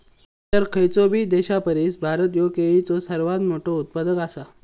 इतर खयचोबी देशापरिस भारत ह्यो केळीचो सर्वात मोठा उत्पादक आसा